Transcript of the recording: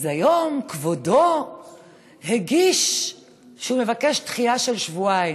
אז היום הוא הגיש בקשה לדחייה של שבועיים,